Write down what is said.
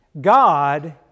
God